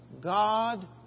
God